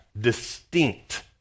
distinct